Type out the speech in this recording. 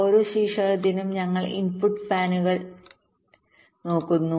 ഓരോ ശീർഷകത്തിനും ഞങ്ങൾ ഇൻപുട്ട് ഫാൻ ഇന്നുകൾ നോക്കുന്നു